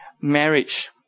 marriage